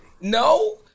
No